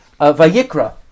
va'yikra